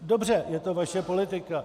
Dobře, je to vaše politika.